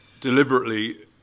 deliberately